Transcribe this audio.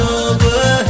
over